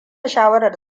shawarar